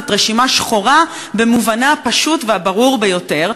זאת רשימה שחורה במובנה הפשוט והברור ביותר.